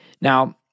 Now